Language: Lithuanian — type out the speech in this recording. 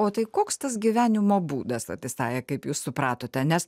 o tai koks tas gyvenimo būdas vat isaja kaip jūs supratote nes